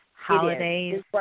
holidays